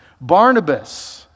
Barnabas